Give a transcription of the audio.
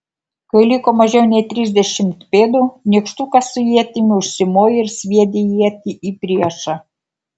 kai liko mažiau nei trisdešimt pėdų nykštukas su ietimi užsimojo ir sviedė ietį į priešą